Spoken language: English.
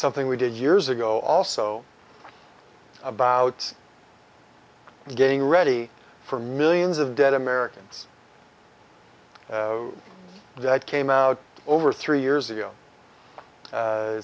something we did years ago also about getting ready for millions of dead americans that came out over three years ago